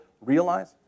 realize